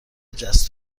جست